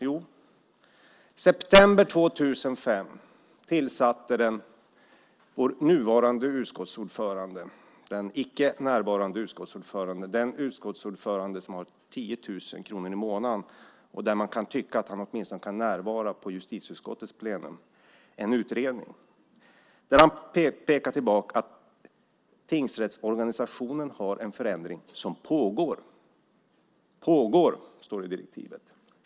Jo, september 2005 tillsatte den nuvarande utskottsordföranden - den icke närvarande utskottsordföranden, den utskottsordförande som har 10 000 kronor extra i månaden, och man kan tycka att han åtminstone kan närvara på justitieutskottets plenum - en utredning där han pekade på att tingsrättsorganisationen har en förändring som pågår. Det står "pågår" i direktiven.